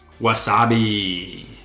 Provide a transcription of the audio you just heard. Wasabi